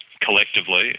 collectively